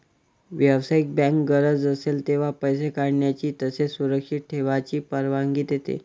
व्यावसायिक बँक गरज असेल तेव्हा पैसे काढण्याची तसेच सुरक्षित ठेवण्याची परवानगी देते